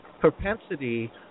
propensity